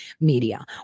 media